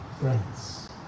friends